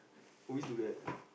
always do that